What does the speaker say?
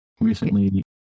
Recently